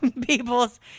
people's